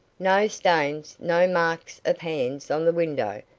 no stains no marks of hands on the window,